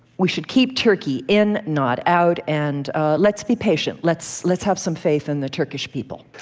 we should keep turkey in, not out, and ah let's be patient. let's let's have some faith in the turkish people.